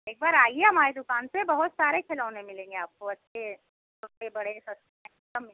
एक बार आइये हमारी दुकान पर बहुत सारे खिलौने मिलेंगे आपको अच्छे छोटे बड़े